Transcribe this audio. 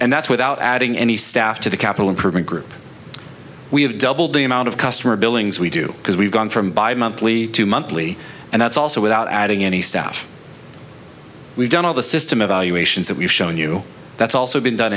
and that's without adding any staff to the capital improvement group we have doubled the amount of customer billings we do because we've gone from bimonthly to monthly and that's also without adding any staff we've done all the system evaluations that we've shown you that's also been done